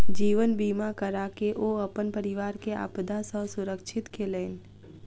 जीवन बीमा कराके ओ अपन परिवार के आपदा सॅ सुरक्षित केलैन